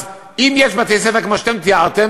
אז אם יש בתי-ספר כמו שאתם תיארתם,